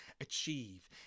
achieve